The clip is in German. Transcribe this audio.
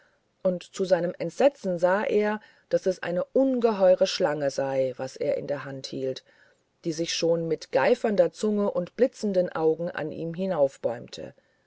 und zu seinem entsetzen sah er daß es eine ungeheure schlange sei was er in der hand hielt die sich schon mit geifernder zunge und blitzenden augen an ihm